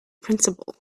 principle